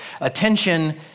attention